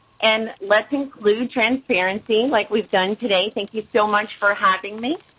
and let's include transparency like we've done today. thank you so much for having me.